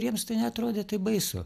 jiems tai neatrodė taip baisu